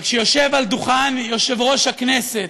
אבל כשיושב על דוכן יושב-ראש הכנסת,